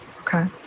okay